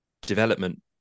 development